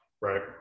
Right